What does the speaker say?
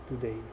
today